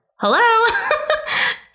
Hello